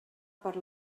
per